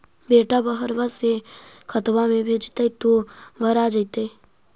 बेटा बहरबा से खतबा में भेजते तो भरा जैतय?